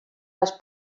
les